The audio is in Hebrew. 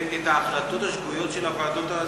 את ההחלטות השגויות של הוועדות.